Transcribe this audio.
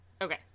okay